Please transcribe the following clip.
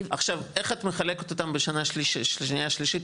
עכשיו איך את מחלקת אותה לשנה שניה ושלישית,